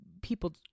People